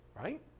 right